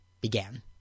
began